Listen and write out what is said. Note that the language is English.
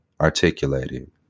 articulated